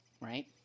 right